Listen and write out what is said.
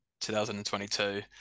2022